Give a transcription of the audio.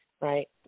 right